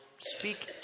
speak